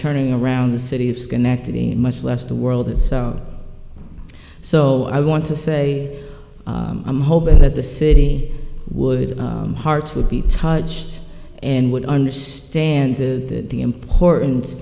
turning around the city of schenectady much less the world itself so i want to say i'm hoping that the city would hearts would be touched and would understand the importance